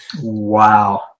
Wow